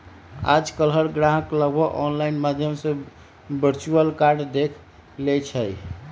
आजकल हर ग्राहक लगभग ऑनलाइन माध्यम से वर्चुअल कार्ड देख लेई छई